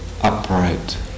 upright